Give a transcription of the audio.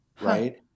right